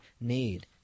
need